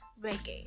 reggae